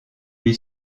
lui